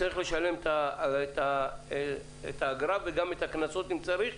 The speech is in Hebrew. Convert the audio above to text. צריך לשלם את האגרה וגם את הקנסות אם צריך,